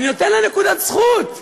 אני נותן לה נקודת זכות: